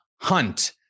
hunt